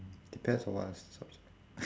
depends on what subject